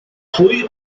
pwy